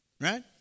Right